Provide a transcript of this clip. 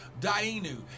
Dainu